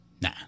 Nah